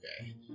Okay